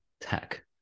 tech